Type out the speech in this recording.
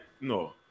no